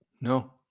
No